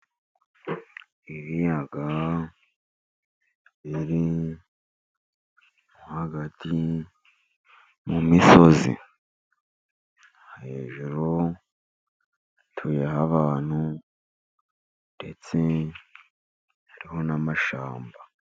Ibiyaga biri hagati mu misozi. Hejuru hatuyeho abantu, ndetse hariho amashyamba.